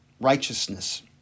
righteousness